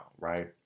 right